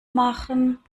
machen